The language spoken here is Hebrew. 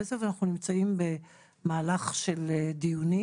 אנחנו נמצאים במהלך של דיונים